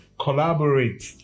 Collaborate